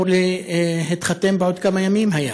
היה אמור להתחתן בעוד כמה ימים היה.